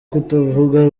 kutavuga